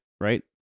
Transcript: right